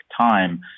time